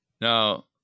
Now